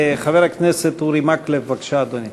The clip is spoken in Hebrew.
חבר הכנסת אורי מקלב, בבקשה, אדוני.